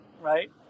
Right